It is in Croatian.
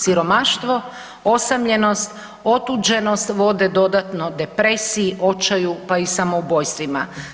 Siromaštvo, osamljenost, otuđenost vode dodatno depresiji, očaju pa i samoubojstvima.